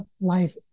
life